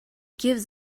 gives